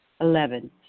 Eleven